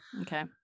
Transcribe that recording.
Okay